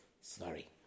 Sorry